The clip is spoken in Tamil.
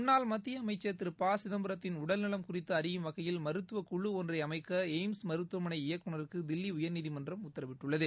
முள்ளாள் மத்தியஅமைச்சர் திரு ப சிதம்பரத்தின் உடல்நலம் குறித்துஅறியும் வகையில் மருத்துவக் குழு ஒன்றைஅமைக்களய்ம்ஸ் மருத்துவமனை இயக்குனருக்குதில்லிஉயர்நீதிமன்றம் உத்தரவிட்டுள்ளது